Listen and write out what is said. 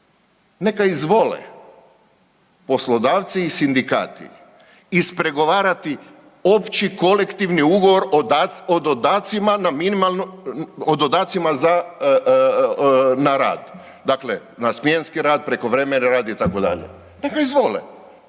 Neka izvole poslodavci i sindikati ispregovarati opći kolektivni ugovor o dodacima na minimalnu, o dodacima za, na rad. Dakle, na smjenski rad, prekovremeni rad, itd. Neka izvole.